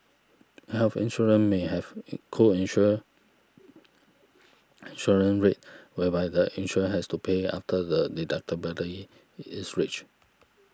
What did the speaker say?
health insurance may have a co insure insurance rate whereby the insured has to pay after the deductible is reached